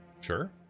Sure